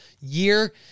year